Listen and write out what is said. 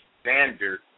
standard